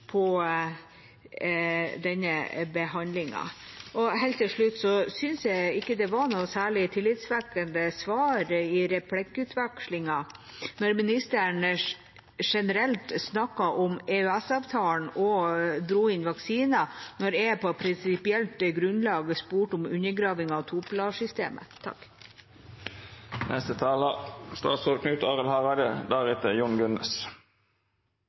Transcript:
Helt til slutt: Jeg synes ikke jeg fikk noe særlig tillitvekkende svar i replikkordskiftet da ministeren generelt snakket om EØS-avtalen og dro inn vaksiner, etter at jeg på prinsipielt grunnlag spurte om undergraving av topilarsystemet.